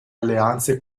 alleanze